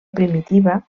primitiva